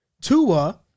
Tua